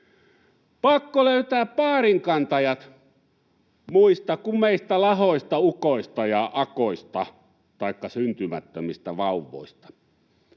Pakko löytää paarinkantajat muista kuin meistä lahoista ukoista ja akoista taikka syntymättömistä vauvoista.